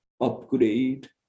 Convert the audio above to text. upgrade